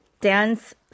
dance